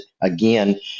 again